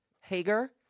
Hager